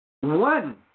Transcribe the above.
one